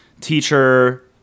teacher